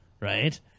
Right